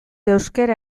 euskara